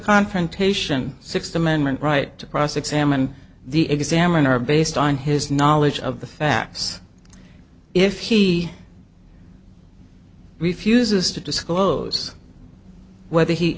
confrontation sixth amendment right to cross examine the examiner based on his knowledge of the facts if he refuses to disclose whether he